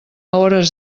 hores